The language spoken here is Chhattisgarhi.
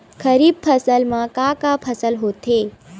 खरीफ फसल मा का का फसल होथे?